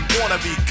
Wannabe